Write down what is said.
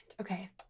Okay